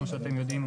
כמו שאתם יודעים,